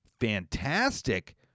fantastic